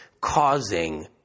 causing